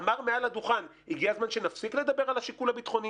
אמר מעל הדוכן: הגיע הזמן שנפסיק לדבר על השיקול הביטחוני,